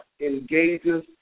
engages